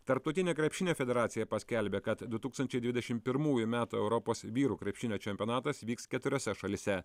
tarptautinė krepšinio federacija paskelbė kad du tūkstančiai dvidešim pirmųjų metų europos vyrų krepšinio čempionatas vyks keturiose šalyse